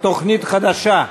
תוכנית חדשה.